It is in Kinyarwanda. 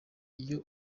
iyo